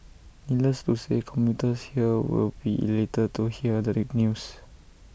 needless to say commuters here will be elated to hear the news